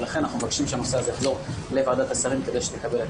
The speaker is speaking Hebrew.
ולכן אנחנו מבקשים שהנושא הזה יחזור לוועדת השרים כדי שנקבל את